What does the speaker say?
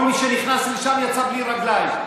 כל מי שנכנס לשם יצא בלי רגליים.